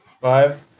Five